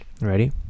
Ready